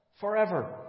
forever